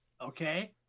okay